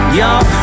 y'all